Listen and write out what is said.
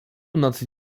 nocy